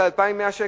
של 2,100 שקל,